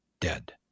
dead